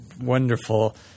wonderful